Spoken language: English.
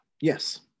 Yes